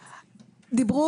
הכללי.